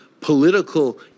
political